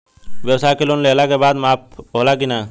ब्यवसाय के लोन लेहला के बाद माफ़ होला की ना?